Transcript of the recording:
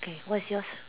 okay what's yours